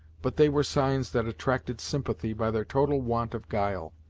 but they were signs that attracted sympathy by their total want of guile,